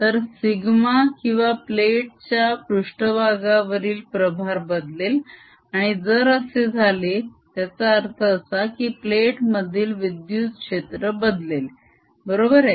तर σ किंवा प्लेटच्या पृष्ट्भागावरील प्रभार बदलेल आणि जर असे झाले त्याचा अर्थ असा की प्लेट मधील विद्युत क्षेत्र बदलेल बरोबर आहे